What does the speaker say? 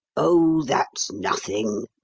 oh, that's nothing,